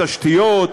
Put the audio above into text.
בתשתיות,